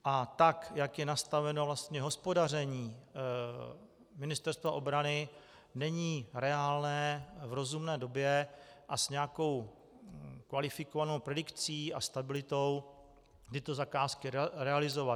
A tak jak je nastaveno vlastně hospodaření Ministerstva obrany, není reálné v rozumné době a s nějakou kvalifikovanou predikcí a stabilitou tyto zakázky realizovat.